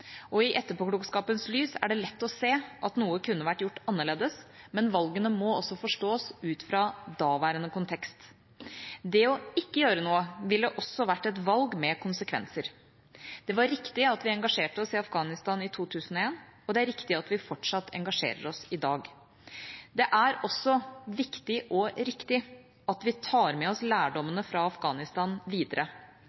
I etterpåklokskapens lys er det lett å se at noe kunne vært gjort annerledes, men valgene må også forstås ut fra daværende kontekst. Det ikke å gjøre noe ville også vært et valg med konsekvenser. Det var riktig at vi engasjerte oss i Afghanistan i 2001, og det er riktig at vi fortsatt engasjerer oss i dag. Det er også viktig og riktig at vi tar med oss